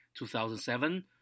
2007